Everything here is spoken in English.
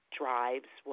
drives